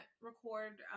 record